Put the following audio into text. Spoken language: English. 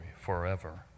forever